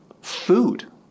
food